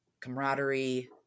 camaraderie